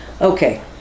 okay